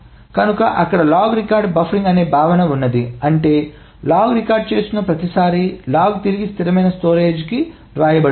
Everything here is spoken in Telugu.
కనుకఅక్కడ లాగ్ రికార్డ్ బఫరింగ్ అనే భావన ఉంది అంటే లాగ్ రికార్డ్ చేస్తున్న ప్రతిసారీ లాగ్ తిరిగి స్థిరమైన స్టోరేజీకి వ్రాయబడుతుంది